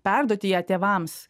perduoti ją tėvams